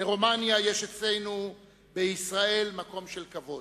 יש אצלנו בישראל מקום של כבוד.